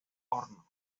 horno